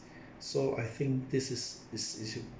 so I think this is this issue